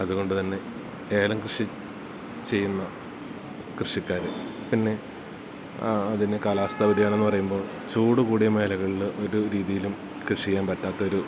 അതുകൊണ്ടുതന്നെ ഏലം കൃഷി ചെയ്യുന്ന കൃഷിക്കാര് പിന്നെ അതിന് കാലാവസ്ഥാ വ്യതിയാനമെന്നു പറയുമ്പോള് ചൂടു കൂടിയ മേഖലകളില് ഒരു രീതിയിലും കൃഷിചെയ്യാൻ പറ്റാത്തൊരു